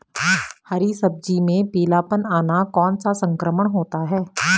हरी सब्जी में पीलापन आना कौन सा संक्रमण होता है?